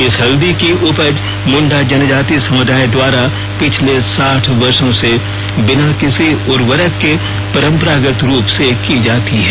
इस हल्दी की उपज मुंडा जनजाति समुदाय द्वारा पिछले साठ वर्षो से बिना किसी उर्वरक के परंपरागत रूप से की जाती है